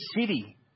city